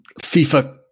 FIFA